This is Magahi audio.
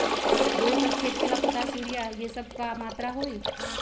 दो एकर खेत के ला पोटाश, यूरिया ये सब का मात्रा होई?